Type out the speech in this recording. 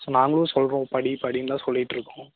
நாங்களும் சொல்கிறோம் படி படிந்தான் சொல்லியிட்யிருக்கோம்